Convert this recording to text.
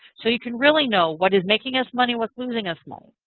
so you can really know what is making us money, what's losing us money.